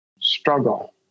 struggle